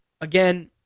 Again